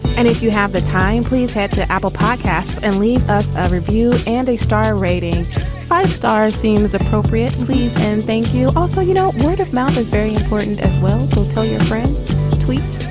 and if you have time please head to apple podcasts and leave us a review and a star rating five star seems appropriate please and thank you. also you know word of mouth is very important as well. so tell your friends tweet